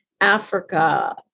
Africa